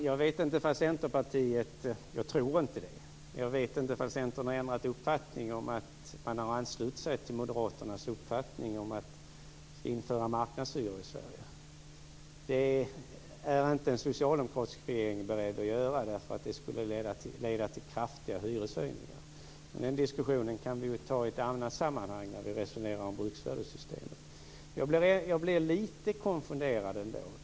Fru talman! Jag vet inte om Centerpartiet har ändrat uppfattning - jag tror inte det - och har anslutit sig till moderaternas uppfattning om att man ska införa marknadshyror i Sverige. Det är inte en socialdemokratisk regering beredd att göra därför att det skulle leda till kraftiga hyreshöjningar. Men den diskussionen kan vi ta i ett annat sammanhang när vi resonerar om bruksvärdessystemet. Jag blir ändå lite konfunderad.